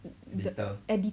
the